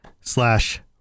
slash